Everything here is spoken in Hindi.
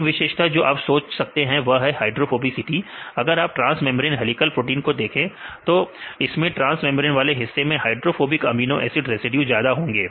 एक विशेषता जो आप सोच सकते हैं वह है हाइड्रोफोबिसिटी अगर आप ट्रांस मेंब्रेन हेलीकल प्रोटीन को देखें तो इसके ट्रांस मेंब्रेन वाले हिस्से में हाइड्रोफोबिक अमीनो एसिड रेसिड्यू ज्यादा होंगे